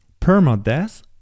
perma-death